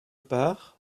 part